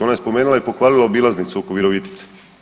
Ona je spomenula i pohvalila obilaznicu oko Virovitice.